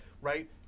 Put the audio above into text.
right